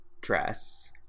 dress